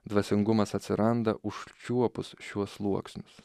dvasingumas atsiranda užčiuopus šiuos sluoksnius